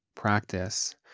practice